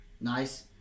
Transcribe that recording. Nice